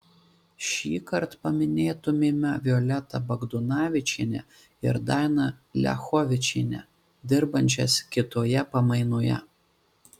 šįkart paminėtumėme violetą bagdonavičienę ir dainą liachovičienę dirbančias kitoje pamainoje